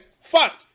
fuck